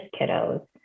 kiddos